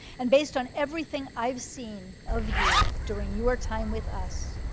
and based on everything i've seen of you during your time with us,